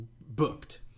booked